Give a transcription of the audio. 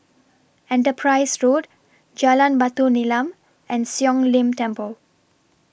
Enterprise Road Jalan Batu Nilam and Siong Lim Temple